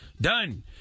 done